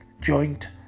joint